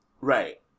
Right